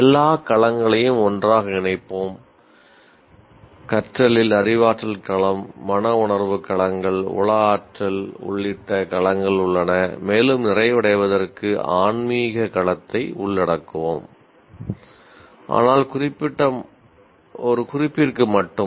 எல்லா களங்களையும் ஒன்றாக இணைப்போம் கற்றலில் அறிவாற்றல் களம் மனவுணர்வு களங்கள் உள ஆற்றல் உள்ளிட்ட களங்கள் உள்ளன மேலும் நிறைவடைவதற்கு ஆன்மீக களத்தை உள்ளடக்குவோம் ஆனால் குறிப்பிற்கு மட்டும்